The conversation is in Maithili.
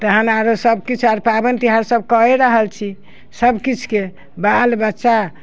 तहन आरो सब किछु आओर पाबनि तिहार सब कये रहल छी सबकिछुके बाल बच्चा